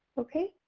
okay.